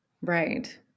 Right